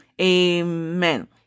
Amen